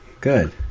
Good